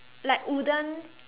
like wooden